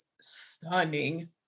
stunning